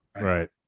Right